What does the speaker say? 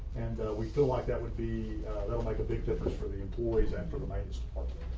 and we feel like that would be that'll make a big difference for the employees and for the maintenance department.